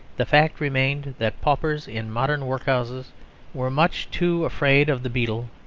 the fact remained that paupers in modern workhouses were much too afraid of the beadle,